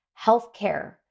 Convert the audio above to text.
healthcare